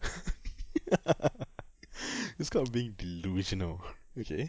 it's called being delusional okay